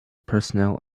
personnel